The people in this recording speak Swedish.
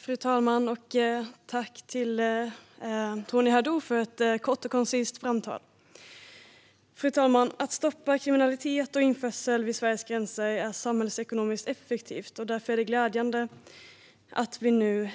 Fru talman! Tack till Tony Haddou för ett kort och koncist anförande! Fru talman! Att stoppa kriminalitet och införsel vid Sveriges gränser är samhällsekonomiskt effektivt. Därför är det glädjande att vi nu